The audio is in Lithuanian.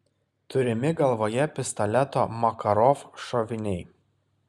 turimi galvoje pistoleto makarov šoviniai